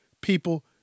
People